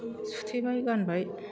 सुथेबाय गानबाय